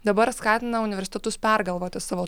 dabar skatina universitetus pergalvoti savo